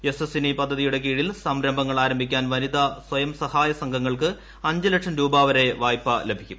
യശസ്വിനി പദ്ധതിയുടെ കീഴിൽ സംരംഭങ്ങൾ ആരംഭിക്കാൻ വനിതാ സ്വയം സഹായ സംഘങ്ങൾക്ക് അഞ്ച് ലക്ഷം രൂപാ വരെ വായ്പ ലഭ്യമാക്കും